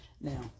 Now